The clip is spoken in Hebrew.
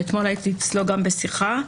והייתי אצלו אתמול גם בשיחה: